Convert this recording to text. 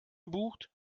gebucht